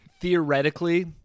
theoretically